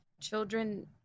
children